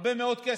הרבה מאוד כסף.